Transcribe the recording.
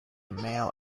male